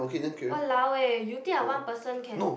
!walao! eh you think I one person can